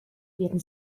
werden